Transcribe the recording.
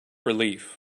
relief